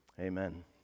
Amen